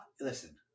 listen